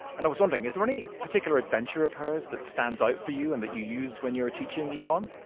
and i was wondering, is there any particular adventure of hers that stands out for you and that you used when you were teaching econ?